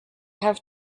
have